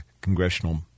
Congressional